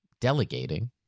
delegating